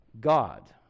God